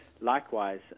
likewise